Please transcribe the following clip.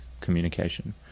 communication